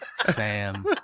Sam